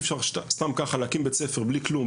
אפשר סתם ככה להקים בית ספר בלי כלום,